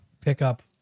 pickup